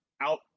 out